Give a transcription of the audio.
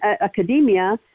academia